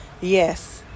Yes